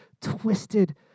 twisted